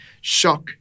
shock